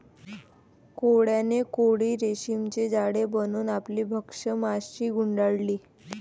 कोळ्याने कोळी रेशीमचे जाळे बनवून आपली भक्ष्य माशी गुंडाळली